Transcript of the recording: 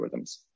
algorithms